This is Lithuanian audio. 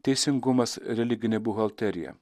teisingumas religinė buhalterija